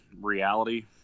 reality